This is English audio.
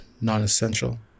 non-essential